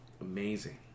Amazing